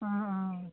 অঁ অঁ